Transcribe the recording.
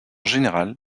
général